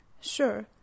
sure